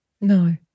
No